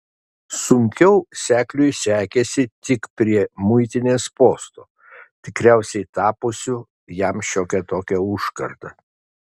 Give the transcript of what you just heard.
sunkiau sekliui sekėsi tik prie muitinės posto tikriausiai tapusio jam šiokia tokia užkarda